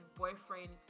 boyfriend